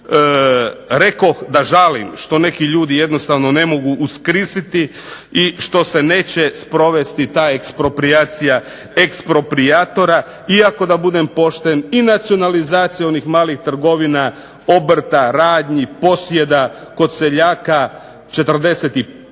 rekoh da žalim što neki ljudi jednostavno ne mogu uskrisiti i što se neće sprovesti ta eksproprijacija eksproprijatora iako da budem pošten i nacionalizacijom onih malih trgovina, obrta, radnji, posjeda kod seljaka '46.,